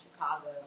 Chicago